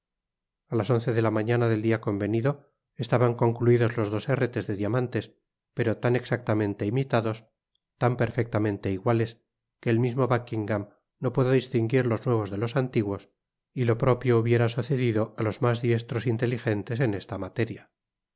a las once de la mañana del dia convenido estaban concluidos los dos herretes de diamantes pero tan exactamente imitados tan perfectamente iguales que el mismo buckingam no pudo distinguir los nuevos de los antiguos y lo propio hubiera sucedido á los mas diestros inteligentes en esta materia